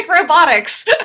robotics